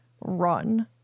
run